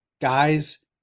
Guys